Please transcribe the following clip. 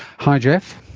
hi jeff.